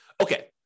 Okay